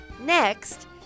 Next